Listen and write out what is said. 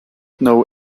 know